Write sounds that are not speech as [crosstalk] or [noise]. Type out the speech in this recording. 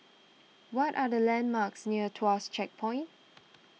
what are the landmarks near Tuas Checkpoint [noise]